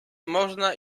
można